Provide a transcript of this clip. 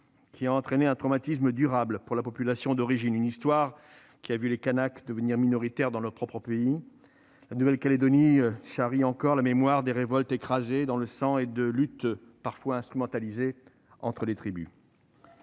qui a entraîné un traumatisme durable pour la population d'origine. C'est une histoire qui a vu les Kanaks devenir minoritaires dans leur propre pays. La Nouvelle-Calédonie charrie encore la mémoire de révoltes écrasées dans le sang et de luttes, parfois instrumentalisées, entre les tribus.